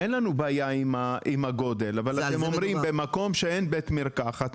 אין לנו בעיה עם הגודל אבל אתם אומרים שבמקום שאין בית מרקחת,